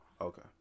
okay